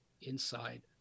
inside